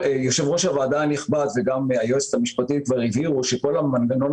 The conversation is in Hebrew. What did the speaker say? יושב-ראש הוועדה הנכבד והיועצת המשפטית כבר הבהירו שכל המנגנון